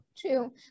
true